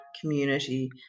community